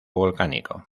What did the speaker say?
volcánico